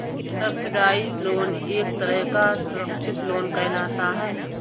subsidised loan एक तरह का सुरक्षित लोन कहलाता है